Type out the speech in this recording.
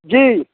जी